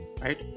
Right